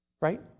Right